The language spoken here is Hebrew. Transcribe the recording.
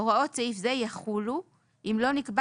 (ד) הוראות סעיף זה יחולו אם לא נקבע